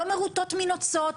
לא מרוטות מנוצות,